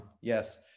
Yes